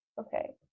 Okay